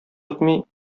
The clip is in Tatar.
үтми